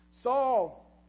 Saul